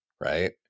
Right